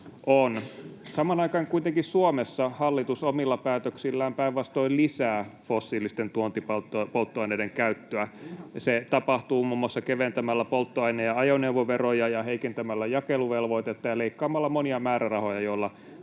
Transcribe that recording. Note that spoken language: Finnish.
on. Samaan aikaan kuitenkin Suomessa hallitus omilla päätöksillään päinvastoin lisää fossiilisten tuontipolttoaineiden käyttöä, ja se tapahtuu muun muassa keventämällä polttoaine- ja ajoneuvoveroja ja heikentämällä jakeluvelvoitetta ja leikkaamalla monia määrärahoja, joilla